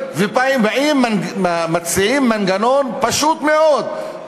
מציעים מנגנון פשוט מאוד,